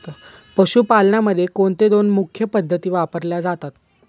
पशुपालनामध्ये कोणत्या दोन मुख्य पद्धती वापरल्या जातात?